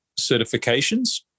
certifications